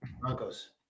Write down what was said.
Broncos